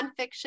nonfiction